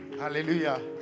hallelujah